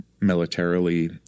militarily